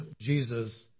Jesus